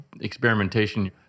experimentation